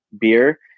beer